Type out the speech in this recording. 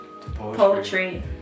poetry